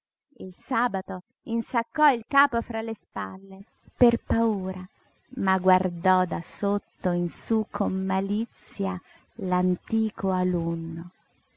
il sabato insaccò il capo fra le spalle per paura ma guardò da sotto in sú con malizia l'antico alunno